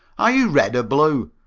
are you red or blue?